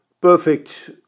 perfect